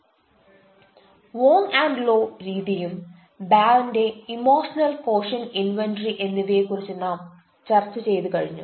"Wong and Law" രീതിയും ബാരന്റെ emotional quotient inventory എന്നിവയെ കുറിച്ച് നാം ചർച്ച ചെയ്ത് കഴിഞ്ഞു